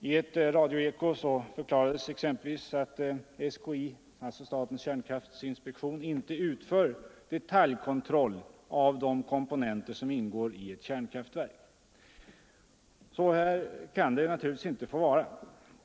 I ett radioeko förklarades exempelvis att SKI, statens kärnkraftinspektion, inte utför detaljkontroll av de komponenter som ingår i ett kärnkraftverk. Så kan det naturligtvis inte få vara.